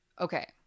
Okay